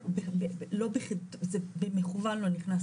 אז במכוון זה לא נכנס.